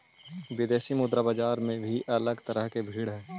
विदेशी मुद्रा बाजार में भी अलग तरह की भीड़ हई